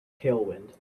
tailwind